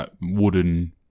Wooden